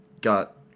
got